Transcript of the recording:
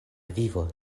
vivo